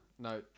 no